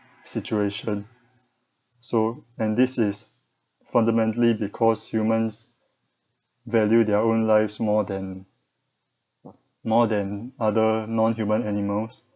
situation so and this is fundamentally because humans value their own lives more than more than other non-human animals